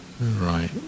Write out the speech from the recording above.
right